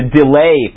delay